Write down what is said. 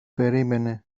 περίμενε